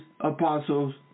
apostles